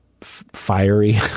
fiery